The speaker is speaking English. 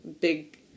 big